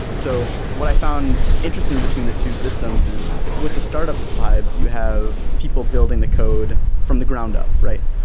so what i found interesting between the two systems is with the startup vibe you have people building the code from the ground up right.